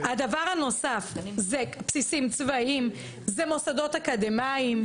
הדבר הנוסף זה בסיסים צבאיים, זה מוסדות אקדמאים.